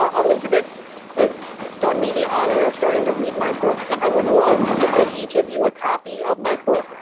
ah elizabeth has done me the honor of starting to read my book yes i would love to give each of you a copy of my